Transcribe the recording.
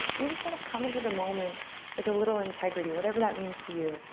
we just kind of come into the moment with a little integrity, whatever that means to you.